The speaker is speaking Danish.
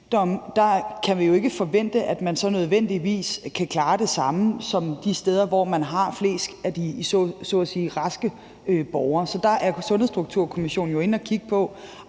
der kan vi jo ikke forvente, at man nødvendigvis kan klare det samme, som de kan de steder, hvor de har flest af de så at sige raske borgere. Så der er Sundhedsstrukturkommissionen jo inde at kigge på